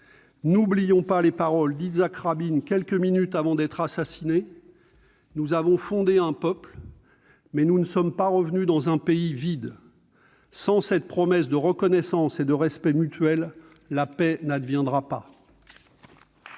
N'oublions pas les paroles de Yitzhak Rabin, quelques minutes avant d'être assassiné :« Nous avons fondé un peuple, mais nous ne sommes pas revenus dans un pays vide. » Sans cette promesse de reconnaissance et de respect mutuel, la paix n'adviendra pas.